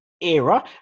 era